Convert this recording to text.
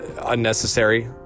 unnecessary